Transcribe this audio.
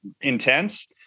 intense